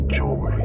joy